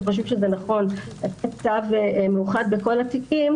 חושבים שזה נכון לעשות צו מאוחד בכל התיקים,